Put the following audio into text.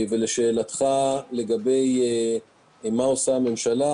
ולשאלתך מה עושה הממשלה,